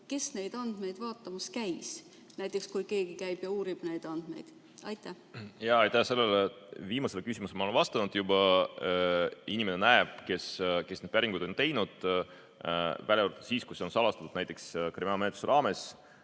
kes neid andmeid vaatamas käis, näiteks kui keegi käib ja uurib neid andmeid? Aitäh! Sellele viimasele küsimusele olen juba vastanud. Inimene näeb, kes need päringud on teinud, välja arvatud siis, kui see on salastatud, näiteks kriminaalmenetluse raames.